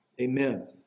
Amen